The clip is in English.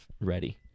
ready